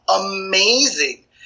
amazing